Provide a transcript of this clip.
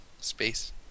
space